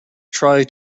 try